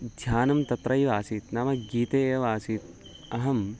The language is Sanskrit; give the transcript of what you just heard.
ध्यानं तत्रैव आसीत् नाम गीते एव आसीत् अहम्